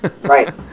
Right